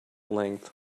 length